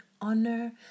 Honor